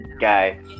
guy